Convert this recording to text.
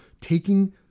taking